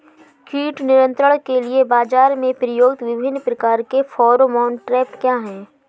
कीट नियंत्रण के लिए बाजरा में प्रयुक्त विभिन्न प्रकार के फेरोमोन ट्रैप क्या है?